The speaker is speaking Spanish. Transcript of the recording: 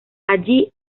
allí